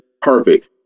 Perfect